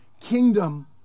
kingdom